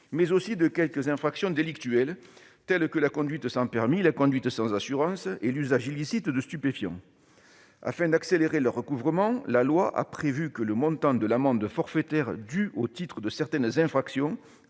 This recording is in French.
mais aussi de quelques infractions délictuelles, telles que la conduite sans permis ou sans assurance et l'usage illicite de stupéfiants. Afin d'accélérer leur recouvrement, la loi a prévu que le montant de l'amende forfaitaire due au titre de certaines infractions